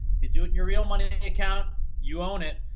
you do it in your real money account, you own it.